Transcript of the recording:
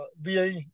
VA